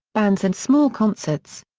bands and small concerts.